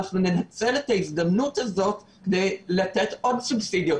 אנחנו ננצל את ההזדמנות הזאת כדי לתת עוד סובסידיות